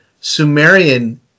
Sumerian